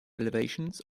elevations